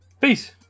Peace